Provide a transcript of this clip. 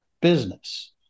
business